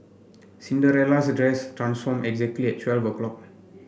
Cinderella's dress transformed exactly at twelve o'clock